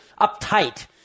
uptight